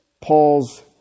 Paul's